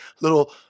little